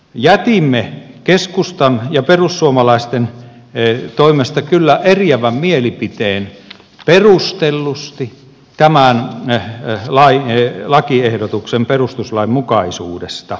jätimme keskustan ja perussuomalaisten toimesta kyllä eriävän mielipiteen perustellusti tämän lakiehdotuksen perustuslainmukaisuudesta